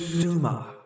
Duma